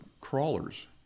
crawlers